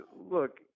look